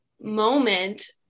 moment